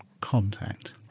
contact